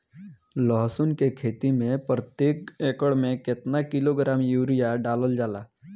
लहसुन के खेती में प्रतेक एकड़ में केतना किलोग्राम यूरिया डालल जाला?